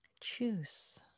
choose